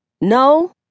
No